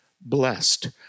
blessed